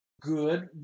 good